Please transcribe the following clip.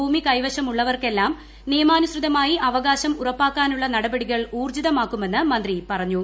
ഭൂമി കൈവശമുള്ളവർക്കെല്ലാം നിയമാനുസൃതമായി അവകാശം ഉറപ്പാക്കാനുള്ള നടപടികൾ ഉൌർജിതമാക്കുമെന്ന് മന്ത്രി പറഞ്ഞു